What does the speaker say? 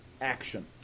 action